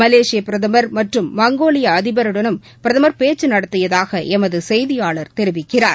மலேசிய பிரதமர் மற்றும் மங்கோலிய அதிபருடனும் பிரதமர் பேச்சு நடத்தியதாக எமது செய்தியாளர் தெரிவிக்கிறார்